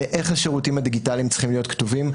לאיך השירותים הדיגיטליים צריכים להיות כתובים.